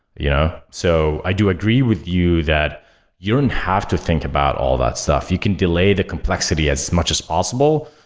you know so i do agree with you that you don't have to think about all that stuff. you can delay the complexity as much as possible,